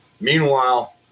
Meanwhile